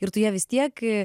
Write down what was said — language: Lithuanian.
ir tu ją vis tiek